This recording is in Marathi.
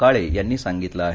काळे यांनी सांगितलं आहे